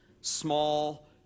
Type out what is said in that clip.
small